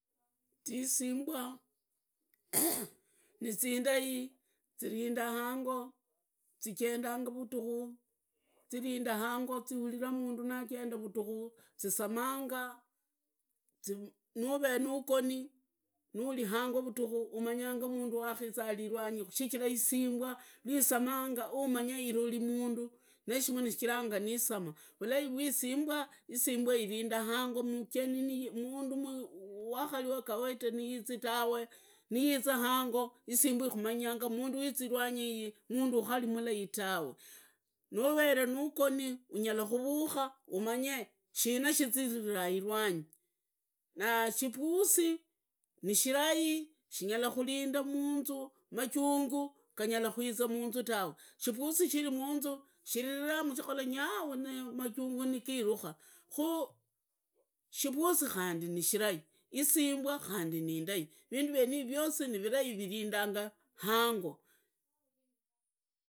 Zisimbwa, nizindai hango, zijendanga vutuku, zirinda hango zichurira mundu najenda vutuku zisamanga. nuvere nuugoni nuve hango vutukhu umanyanga za mundu arii irwangi ii. shichira isimbwa isemanga yumanye irori mundu shichira nisamaa vulai rwa isimbwa. isimbwa irinda hango. mundu wakariwaida tuwe. niiza hango isimbwa iyi ikumanya mundu yizi irwanyi mundu ukari mulai tawe nuvere nugoni unyarahuruka umanye shina shijiriraa irwangi. Na shipusi nishirai shinyara karinda munzu majunguu ganyara kuzaa munzu tawe. shipusi shirilla munzu shihora nyau majungu nigiiruria. Shipusi khandi nishirai. isimbwa khandi nishira. vindu yiri vyosi nivirai virindunga hango.